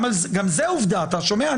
גם אז גם זה עובדה, אתה שומע?